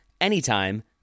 anytime